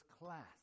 class